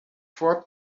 for